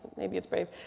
maybe it's brave.